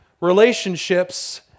relationships